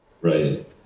Right